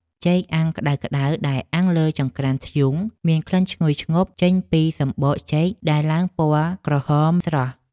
ចេកអាំងក្តៅៗដែលអាំងលើចង្ក្រានធ្យូងមានក្លិនឈ្ងុយឈ្ងប់ចេញពីសំបកចេកដែលឡើងពណ៌ក្រហមស្រស់។